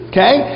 Okay